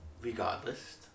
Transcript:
Regardless